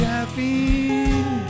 Caffeine